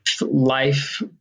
life